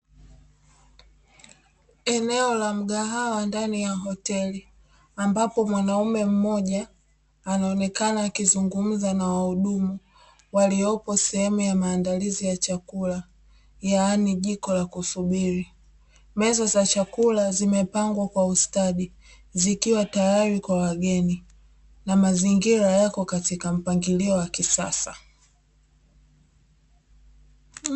Eneo la mgahawa ndani ya hoteli, ambapo mwanaume mmoja anaonekana akizungumza na wahudumu waliopo sehemu ya maandalizi ya chakula, yaani jiko la kusubiri. Meza za chakula zimepangwa kwa ustaadi, zikiwa tayari kwa wageni na mazingira yako katika mpangilio wa kisasa.